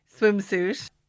swimsuit